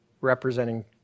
representing